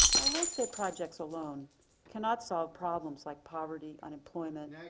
now landscape projects alone cannot solve problems like poverty, unemployment,